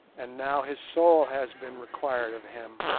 and now his soul has been required of him,